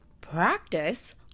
practice